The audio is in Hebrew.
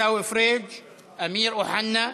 עיסאווי פריג'; אמיר אוחנה,